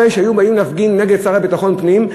אם היו באים להפגין נגד השר לביטחון הפנים,